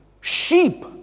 Sheep